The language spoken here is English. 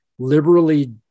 liberally